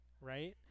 right